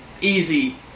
easy